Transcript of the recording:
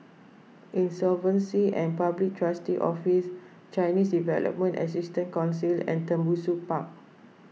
Insolvency and Public Trustee's Office Chinese Development Assistance Council and Tembusu Park